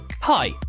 Hi